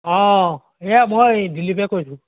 অ মই দিলিপে কৈছোঁ